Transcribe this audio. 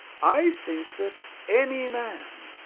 i think that any man,